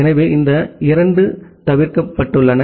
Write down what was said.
எனவே இந்த இரண்டும் தவிர்க்கப்பட்டுள்ளன